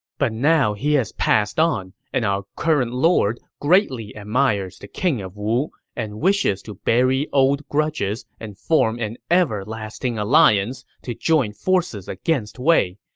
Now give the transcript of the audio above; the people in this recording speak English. but now he has passed on, and our current lord greatly admires the king of wu and wishes to bury old grudges and form an everlasting alliance to join forces against wei.